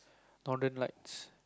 northern lights